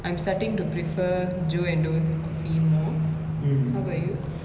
I'm starting to prefer joe and dough's coffee more how about you